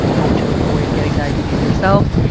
how to avoid getting diabetes yourself.